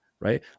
right